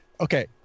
Okay